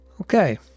Okay